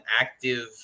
active